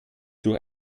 durch